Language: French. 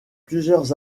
plusieurs